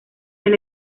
del